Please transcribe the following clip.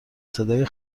صدای